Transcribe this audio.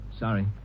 Sorry